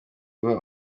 guha